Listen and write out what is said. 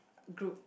group